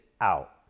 out